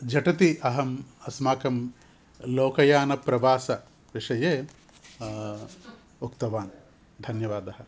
झटिति अहम् अस्माकं लोकयानप्रवासविषये उक्तवान् धन्यवादः